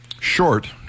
short